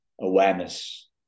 awareness